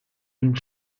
une